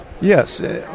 Yes